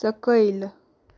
सकयल